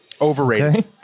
Overrated